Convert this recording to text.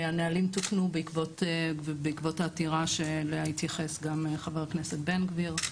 הנהלים תוקנו בעקבות העתירה שאליה התייחס גם חבר הכנסת בן גביר,